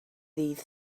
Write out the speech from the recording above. ddydd